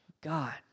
God